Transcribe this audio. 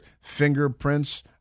Fingerprints